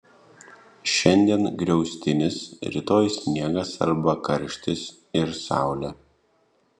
šiandien griaustinis rytoj sniegas arba karštis ir saulė